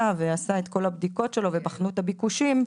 ועשה את כל הבדיקות שלו בחנו את הביקושים,